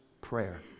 prayer